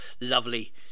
lovely